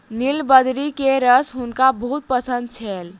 नीलबदरी के रस हुनका बहुत पसंद छैन